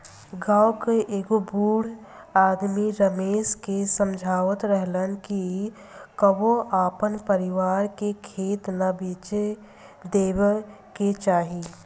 गांव के एगो बूढ़ आदमी रमेश के समझावत रहलन कि कबो आपन परिवार के खेत ना बेचे देबे के चाही